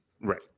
right